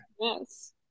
Yes